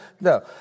no